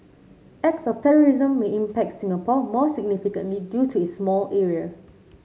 acts of terrorism may impact Singapore more significantly due to its small area